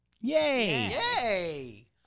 Yay